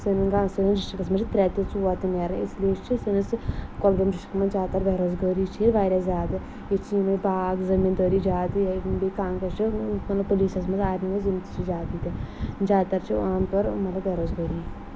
سٲنِس گا سٲنِس ڈِسٹِرٛکَس منٛز ترٛےٚ تہِ ژور تہِ نیران اِسلیے چھِ سٲنِس یہِ کۄلگٲمۍ ڈِسٹِرٛکَس منٛز زیادٕ تَر بے روزگٲری چھِ ییٚتہِ واریاہ زیادٕ ییٚتہِ چھِ یِمَے باغ زمیٖندٲری زیادٕ یِہوٚے بیٚیہِ کانٛہہ کانٛہہ چھِ مطلب پولیٖسَس منٛز آرمی منٛز یِم تہِ چھِ زیادٕ ییٚتہِ زیادٕ تَر بے روزگٲری